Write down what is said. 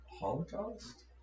Holocaust